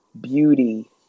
beauty